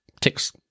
ticks